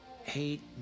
hate